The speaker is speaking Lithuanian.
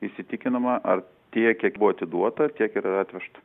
įsitikinama ar tiek kiek buvo atiduota ar tiek yra atvežta